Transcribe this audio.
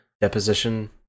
deposition